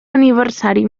aniversari